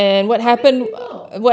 how many people